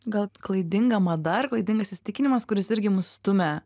gal klaidinga mada ar klaidingas įsitikinimas kuris irgi mus stumia